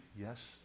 Yes